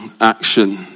action